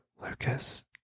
Lucas